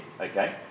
okay